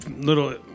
little